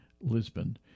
Lisbon